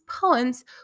poems